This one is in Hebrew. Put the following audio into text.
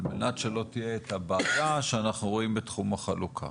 על מנת שלא תהיה את הבעיה שאנחנו רואים בתחום החלוקה?